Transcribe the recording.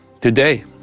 Today